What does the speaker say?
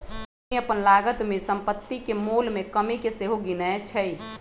company अप्पन लागत में सम्पति के मोल में कमि के सेहो गिनै छइ